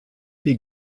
wie